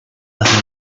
hacia